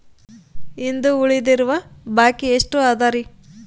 ಇಂದು ಉಳಿದಿರುವ ಬಾಕಿ ಎಷ್ಟು ಅದರಿ?